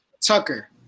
Tucker